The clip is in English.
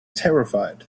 terrified